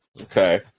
Okay